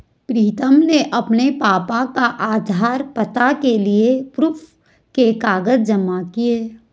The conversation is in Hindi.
प्रीतम ने अपने पापा का आधार, पता के लिए प्रूफ के कागज जमा किए